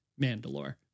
Mandalore